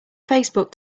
facebook